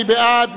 מי בעד?